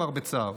אמר בצער.